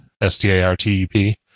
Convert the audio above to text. S-T-A-R-T-E-P